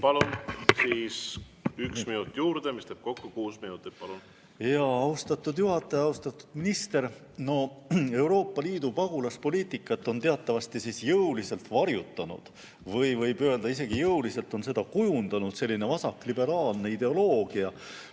Palun! Üks minut juurde. See teeb kokku kuus minutit. Austatud juhataja! Austatud minister! No Euroopa Liidu pagulaspoliitikat on teatavasti jõuliselt varjutanud või, võib öelda, isegi jõuliselt on seda kujundanud selline vasakliberaalne ideoloogia,